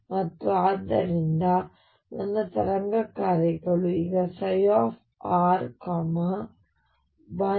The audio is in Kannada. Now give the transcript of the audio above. ಮತ್ತು ಆದ್ದರಿಂದ ನನ್ನ ತರಂಗ ಕಾರ್ಯಗಳು ಈಗ ψ 1Veik